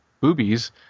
boobies